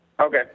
Okay